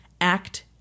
Act